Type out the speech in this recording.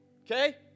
Okay